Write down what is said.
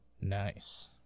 nice